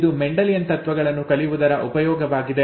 ಇದು ಮೆಂಡೆಲಿಯನ್ ತತ್ವಗಳನ್ನು ಕಲಿಯುವುದರ ಉಪಯೋಗವಾಗಿದೆ